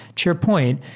to your point,